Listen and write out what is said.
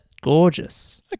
Gorgeous